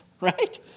Right